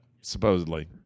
Supposedly